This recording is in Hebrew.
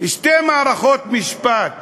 שתי מערכות משפט